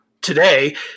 today